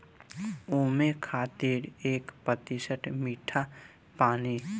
ओमें खातिर एक प्रतिशत मीठा पानी